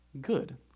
good